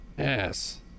Yes